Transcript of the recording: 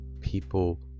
people